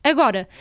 Agora